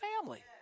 family